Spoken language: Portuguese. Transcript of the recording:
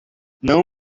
não